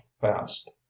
fast